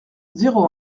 zéro